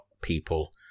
people